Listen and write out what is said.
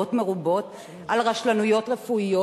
תביעות מרובות על רשלנות רפואית.